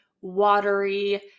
watery